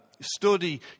study